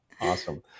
Awesome